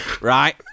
right